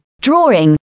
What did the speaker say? drawing